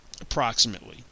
approximately